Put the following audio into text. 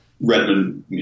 Redmond